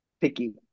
picky